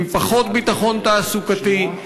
עם פחות ביטחון תעסוקתי,